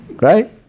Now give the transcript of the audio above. Right